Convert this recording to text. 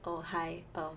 oh hi err